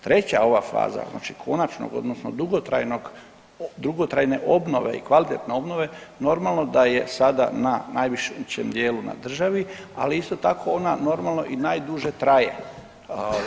Treća ova faza, znači konačnog odnosno dugotrajne obnove i kvalitetne obnove normalno da je sada na najvećem dijelu na državi, ali isto tako ona normalno i najduže traje.